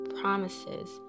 promises